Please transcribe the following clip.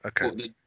okay